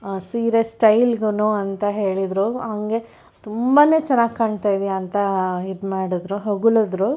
ಸೀರೆ ಸ್ಟೈಲ್ಗೂ ಅಂತ ಹೇಳಿದರು ಹಾಗೆ ತುಂಬನೇ ಚೆನ್ನಾಗೆ ಕಾಣ್ತಾಯಿದ್ದೀಯ ಅಂತ ಇದು ಮಾಡಿದರು ಹೊಗಳಿದರು